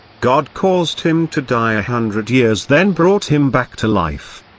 god caused him to die a hundred years then brought him back to life.